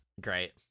Great